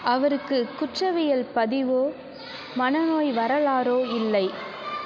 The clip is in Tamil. அவருக்கு குற்றவியல் பதிவோ மனநோய் வரலாறோ இல்லை